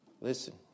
Listen